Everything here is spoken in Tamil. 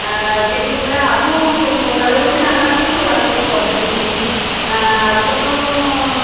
செய்யக்குள்ள அதுவும் கொஞ்சம் ஓரளவுக்கு நல்லாருந்துச்சு ஓரளவுக்கு சொதப்புடுச்சி அதுக்கப்புறோம்